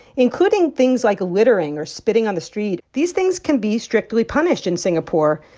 including things like littering or spitting on the street. these things can be strictly punished in singapore.